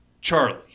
Charlie